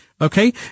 Okay